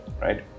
Right